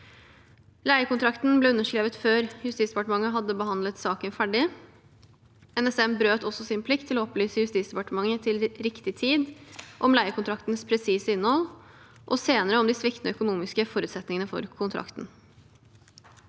Leiekontrakten ble underskrevet før Justisdepartementet hadde behandlet saken ferdig. NSM brøt også sin plikt til å opplyse Justisdepartementet til riktig tid om leiekontraktens presise innhold, og senere om de sviktende økonomiske forutsetningene for kontrakten.